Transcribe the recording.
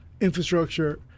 infrastructure